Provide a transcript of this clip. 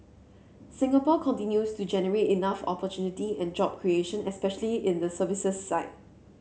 Singapore continues to generate enough opportunity and job creation especially in the services side